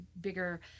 bigger